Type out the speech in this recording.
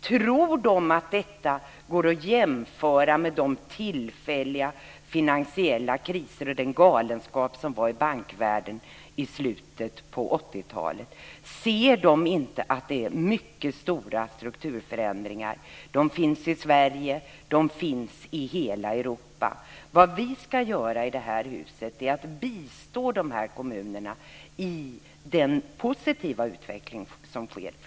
Tror de att detta går att jämföra med de tillfälliga finansiella kriser och den galenskap som fanns inom bankvärlden i slutet av 80-talet? Ser de inte de mycket stora strukturförändringarna? De finns i Sverige, och de finns i hela Europa. Vad vi ska göra i det här huset är att bistå kommunerna i den positiva utveckling som sker.